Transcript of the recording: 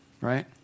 Right